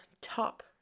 top